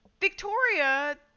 Victoria